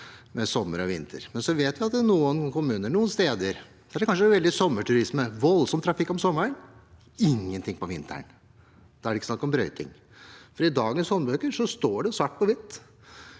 med sommer og vinter. Og vi vet at i noen kommuner, noen steder, er det kanskje mye sommerturisme, voldsom trafikk om sommeren, men ingenting på vinteren. Da er det ikke snakk om brøyting. I dagens håndbøker står det svart på hvitt